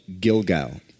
Gilgal